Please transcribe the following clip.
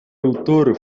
autor